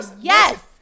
Yes